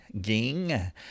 Ging